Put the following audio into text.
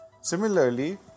Similarly